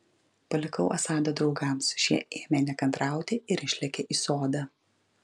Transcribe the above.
palikau asadą draugams šie ėmė nekantrauti ir išlėkė į sodą